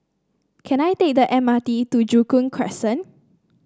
can I take the M R T to Joo Koon Crescent